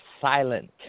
silent